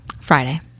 Friday